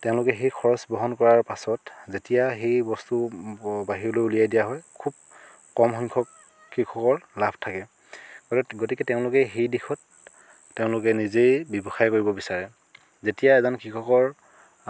তেওঁলোকে সেই খৰচ বহন কৰাৰ পাছত যেতিয়া সেই বস্তুবোৰ বাহিৰলৈ উলিয়াই দিয়া হয় খুব কম সংখ্যক কৃষকৰ লাভ থাকে গতিকে তেওঁলোকে সেই দিশত তেওঁলোকে নিজেই ব্যৱসায় কৰিব বিচাৰে যেতিয়া এজন কৃষকৰ